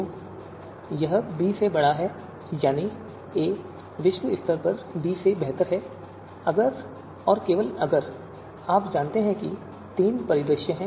तो यह बी से बड़ा है यानी ए विश्व स्तर पर बी से बेहतर है अगर और केवल अगर आप जानते हैं कि ये तीन परिदृश्य हैं